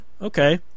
okay